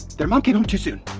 their mom came home too soon!